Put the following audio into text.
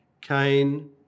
Cain